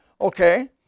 Okay